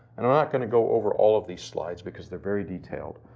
and we're not gonna go over all of these slides because they're very detailed,